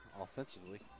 offensively